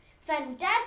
Fantastic